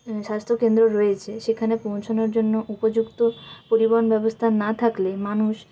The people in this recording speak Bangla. স্বাস্থ্যকেন্দ্র রয়েছে সেখানে পৌঁছনোর জন্য উপযুক্ত পরিবহন ব্যবস্থা না থাকলে মানুষ